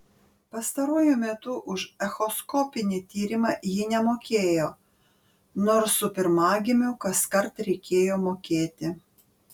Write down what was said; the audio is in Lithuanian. pastaruoju metu už echoskopinį tyrimą ji nemokėjo nors su pirmagimiu kaskart reikėjo mokėti